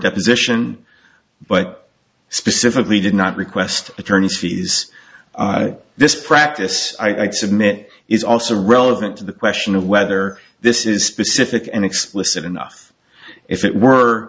deposition but specifically did not request attorney's fees this practice i submit is also relevant to the question of whether this is specific and explicit enough if it were